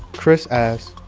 chris asks,